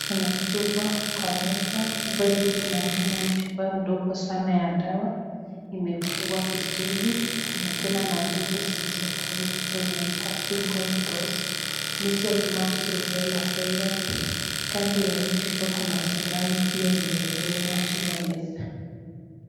Kuna chupa kwa meza. Chupa hili linaonekana ni chupa ndogo sana ya dawa. Imefungwa vizuri. Kuna tena maandiko zilizoko kwa hii chupa zimeandikwa single full dose measels, mumps, virus . Kando ya hii picha kuna sindano imewekelewa juu ya meza.